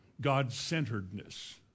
God-centeredness